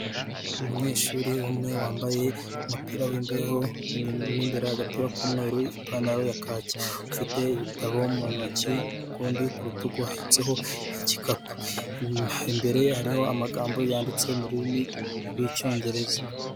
Umunyeshuri umwe wambaye umupira w'imbeho mu imbere agapira k'umweru, ipantalo ya kaki ufite ibitabo mu ntoki, ku rutugu hahetseho igikapu, imbere ye hariho amagambo yanditse mu rurimi rw'icyongereza.